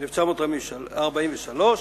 1943,